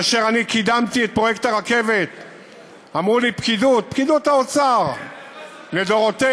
כאשר קידמתי את פרויקט הרכבת אמרה לי פקידות האוצר לדורותיה,